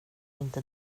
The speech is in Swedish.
inte